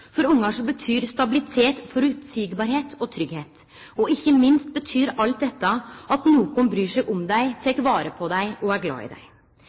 betyr stabilitet føreseielegheit og tryggleik. Og ikkje minst betyr alt dette at nokon bryr seg om dei, tek vare på dei og er glad i dei.